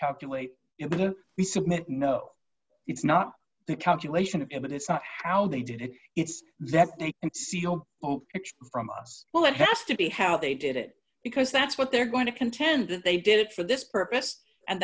calculate it we submit no it's not the calculation of it it's not how they did it it's that they and c o o x from us well it has to be how they did it because that's what they're going to contend that they did it for this purpose and